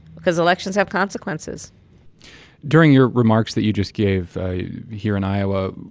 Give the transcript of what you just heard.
because elections have consequences during your remarks that you just gave here in iowa,